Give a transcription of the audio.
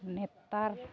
ᱱᱮᱛᱟᱨ